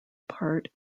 part